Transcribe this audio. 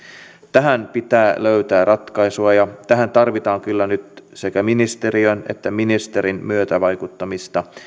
tähän pitää löytää ratkaisu ja tähän tarvitaan kyllä nyt sekä ministeriön että ministerin myötävaikuttamista